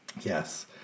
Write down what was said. Yes